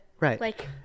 Right